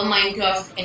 Minecraft